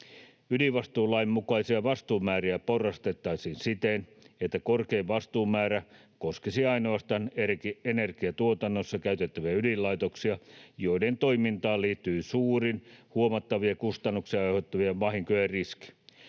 Ydinvastuulain mukaisia vastuumääriä porrastettaisiin siten, että korkein vastuumäärä koskisi ainoastaan energiantuotannossa käytettäviä ydinlaitoksia, joiden toimintaan liittyy suurin huomattavia kustannuksia aiheuttavien vahinkojen riski.